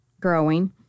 growing